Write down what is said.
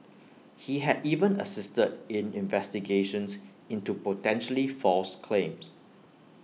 he had even assisted in investigations into potentially false claims